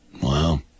Wow